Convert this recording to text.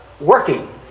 working